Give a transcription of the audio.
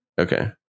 Okay